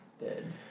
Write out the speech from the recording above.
Dead